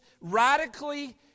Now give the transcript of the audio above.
radically